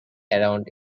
around